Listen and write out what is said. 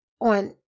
on